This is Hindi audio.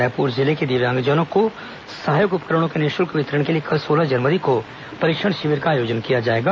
रायपुर जिले के दिव्यांगजनों को सहायक उपकरणों के निःशुल्क वितरण के लिए कल सोलह जनवरी को परीक्षण शिविर का आयोजन किया जाएगा